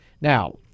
Now